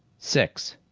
six